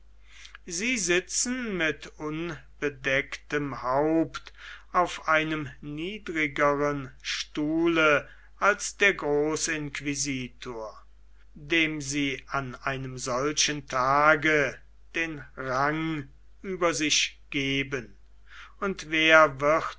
sie sitzen mit unbedecktem haupte auf einem niedrigern stuhle als der großinquisitor dem sie an einem solchen tage den rang über sich geben und wer wird